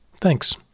Thanks